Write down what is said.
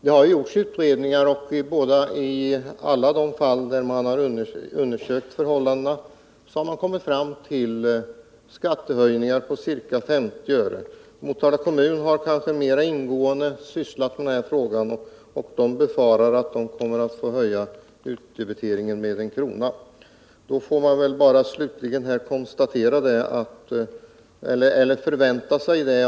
Det har gjorts utredningar, och i alla de fall där man undersökt förhållandena har man kommit fram till skattehöjningar på ca 50 öre. Motala kommun har kanske mer ingående sysslat med denna fråga, och man befarar att man måste höja utdebiteringen med 1 kr.